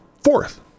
fourth